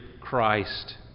Christ